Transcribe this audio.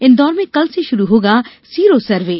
इंदौर में कल से शुरू होगा सीरो सर्वे